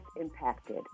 impacted